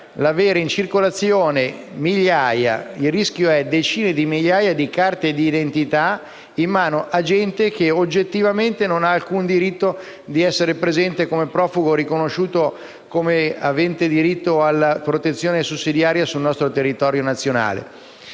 avere in circolazione migliaia o decine di migliaia di carte di identità, in mano a gente che oggettivamente non ha alcun diritto di essere presente come profugo o che sia riconosciuta come avente diritto alla protezione sussidiaria sul nostro territorio nazionale.